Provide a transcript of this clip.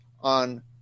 on